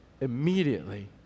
immediately